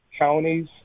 counties